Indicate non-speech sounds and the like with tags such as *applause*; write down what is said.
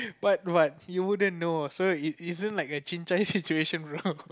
but but you wouldn't know so it isn't like a chin-cai situation bro *laughs*